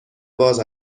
باز